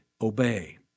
obey